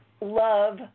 love